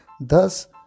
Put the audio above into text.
thus